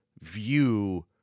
view